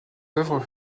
œuvres